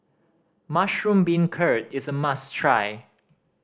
mushroom beancurd is a must try